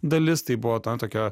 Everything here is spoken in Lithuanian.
dalis tai buvo na tokia